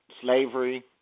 slavery